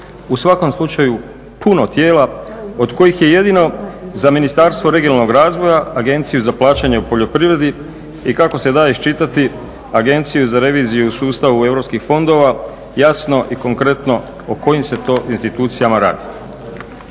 U svakom slučaju puno tijela od kojih je jedino za Ministarstvo regionalnog razvoja, Agenciju za plaćanje u poljoprivredi i kako se da iščitati Agenciji za reviziju u sustavu europskih fondova jasno i konkretno o kojim se to institucijama radi.